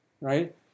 right